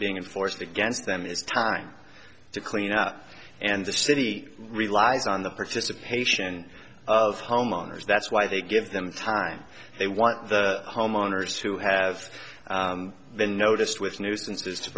being enforced against them is time to clean up and the city relies on the participation of homeowners that's why they give them time they want the homeowners who have been noticed with nuisances to